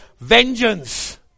vengeance